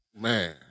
man